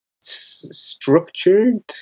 Structured